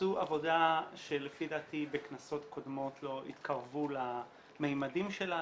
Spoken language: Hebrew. עשו עבודה שלדעתי בכנסות קודמות לא התקרבו לממדים שלה,